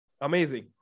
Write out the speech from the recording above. amazing